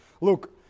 Look